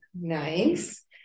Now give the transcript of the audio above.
Nice